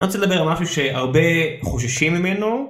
אני רוצה לדבר על משהו שהרבה חוששים ממנו